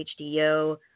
HDO